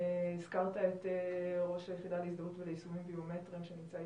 הזכרת את ראש היחידה להזדהות וליישומים ביומטריים שנמצא אתנו,